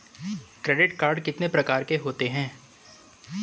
Credit card कितने प्रकार के होते हैं?